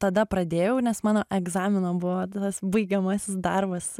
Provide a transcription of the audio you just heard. tada pradėjau nes mano egzamino buvo tas baigiamasis darbas